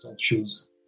shoes